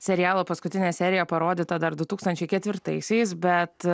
serialo paskutinė serija parodyta dar du tūkstančiai ketvirtaisiais bet